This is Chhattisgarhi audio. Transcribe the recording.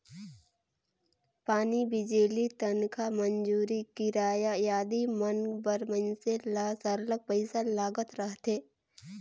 पानी, बिजली, तनखा, मंजूरी, किराया आदि मन बर मइनसे ल सरलग पइसा लागत रहथे